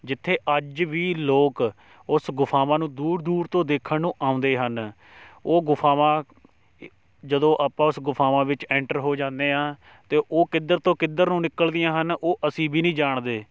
ਜਿੱਥੇ ਅੱਜ ਵੀ ਲੋਕ ਉਸ ਗੁਫਾਵਾਂ ਨੂੰ ਦੂਰ ਦੂਰ ਤੋਂ ਦੇਖਣ ਨੂੰ ਆਉਂਦੇ ਹਨ ਉਹ ਗੁਫਾਵਾਂ ਜਦੋਂ ਆਪਾਂ ਉਸ ਗੁਫਾਵਾਂ ਵਿੱਚ ਐਂਟਰ ਹੋ ਜਾਂਦੇ ਹਾਂ ਅਤੇ ਉਹ ਕਿੱਧਰ ਤੋਂ ਕਿੱਧਰ ਨੂੰ ਨਿਕਲਦੀਆਂ ਹਨ ਉਹ ਅਸੀਂ ਵੀ ਨਹੀਂ ਜਾਣਦੇ